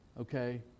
okay